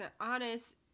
honest